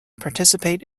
participate